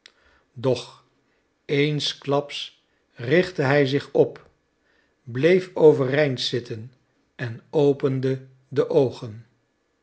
doch eensklaps richtte hij zich op bleef overeind zitten en opende de oogen